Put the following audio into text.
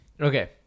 Okay